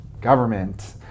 government